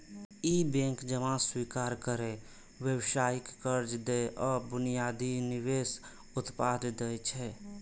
ई bank जमा स्वीकार करै, व्यावसायिक कर्ज दै आ बुनियादी निवेश उत्पाद दै छै